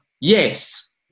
yes